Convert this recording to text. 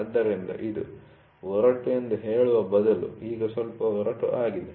ಆದ್ದರಿಂದ ಇದು ರಫ್ಒರಟು ಎಂದು ಹೇಳುವ ಬದಲು ಈಗ ಸ್ವಲ್ಪ ಒರಟು ಆಗಿದೆ